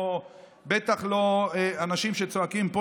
בטח אנשים שצועקים פה,